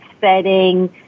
setting